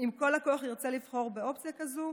האם כל לקוח ירצה לבחור באופציה כזו?